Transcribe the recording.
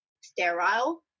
sterile